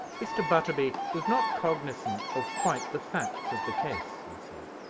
mr. butterby was not cognizant of quite the facts of the case, you see.